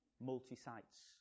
multi-sites